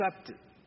accepted